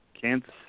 Kansas